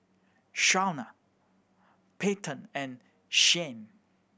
Shawnna Payton and Shianne